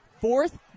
fourth